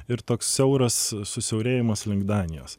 ir toks siauras susiaurėjimas link danijos